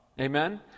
amen